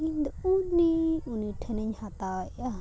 ᱤᱧ ᱫᱚ ᱩᱱᱤ ᱩᱱᱤ ᱴᱷᱮᱱᱤᱧ ᱦᱟᱛᱟᱣᱮᱫᱼᱟ